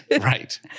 Right